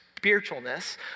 spiritualness